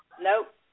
Nope